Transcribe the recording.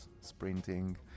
sprinting